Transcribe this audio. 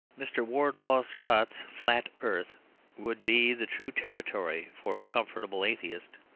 mr. wardlaw scott's flat earth would be the true territory for a comfortable atheist.